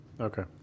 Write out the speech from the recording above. Okay